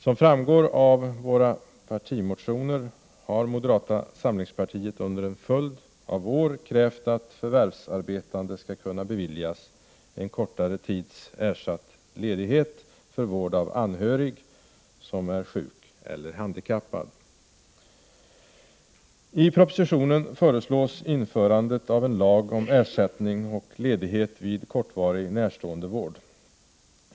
Som framgår av våra partimotioner har moderata samlingspartiet under en följd av år krävt att förvärvsarbetande skall kunna beviljas en kortare tids ersatt ledighet för vård av anhörig, som är sjuk eller handikappad. I propositionen föreslås införandet av en lag om ersättning och ledighet vid kortvarig närståendevård.